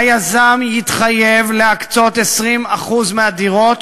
היזם יתחייב להקצות 20% מהדירות